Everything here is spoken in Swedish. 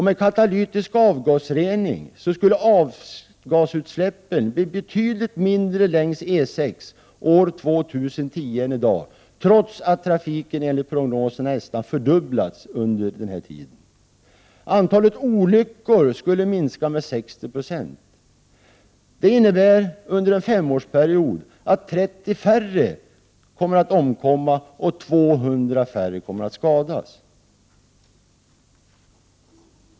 Med katalytisk avgasrening skulle avgasutsläppen bli betydligt mindre längs E 6-an år 2010 än i dag, trots att trafiken enligt prognoser nästan kommer att fördubblas fram till dess. Antalet olyckor skulle minska med 60 90. Det innebär att under en femårsperiod 30 färre skulle omkomma och 200 färre skulle skadas.